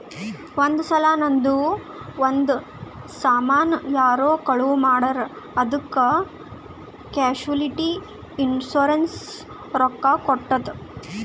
ಒಂದ್ ಸಲಾ ನಂದು ಒಂದ್ ಸಾಮಾನ್ ಯಾರೋ ಕಳು ಮಾಡಿರ್ ಅದ್ದುಕ್ ಕ್ಯಾಶುಲಿಟಿ ಇನ್ಸೂರೆನ್ಸ್ ರೊಕ್ಕಾ ಕೊಟ್ಟುತ್